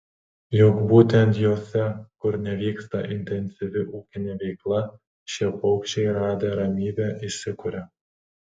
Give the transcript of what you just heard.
juk būtent jose kur nevyksta intensyvi ūkinė veikla šie paukščiai radę ramybę įsikuria